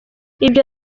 ibyo